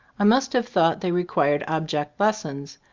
i must have thought they required ob ject lessons,